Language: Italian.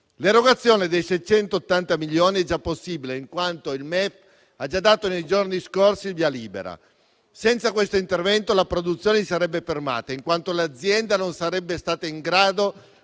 L'erogazione dei 680 milioni è già possibile, in quanto il MEF ha già dato nei giorni scorsi il via libera. Senza questo intervento la produzione si sarebbe fermata in quanto l'azienda non sarebbe stata in grado